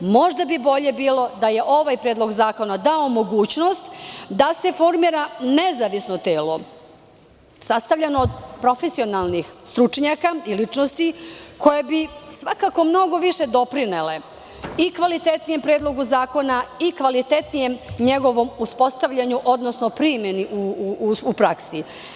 Možda bi bolje bilo da je ovaj predlog zakona dao mogućnost da se formira nezavisno telo sastavljeno od profesionalnih stručnjaka i ličnosti koje bi svakako mnogo više doprinele i kvalitetnijem predlogu zakona i kvalitetnijem njegovom uspostavljanju, odnosno primeni u praksi.